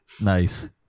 nice